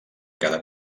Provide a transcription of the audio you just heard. cada